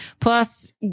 plus